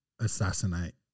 assassinate